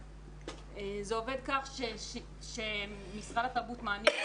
זה עובד כך שמשרד התרבות מעניק